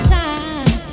time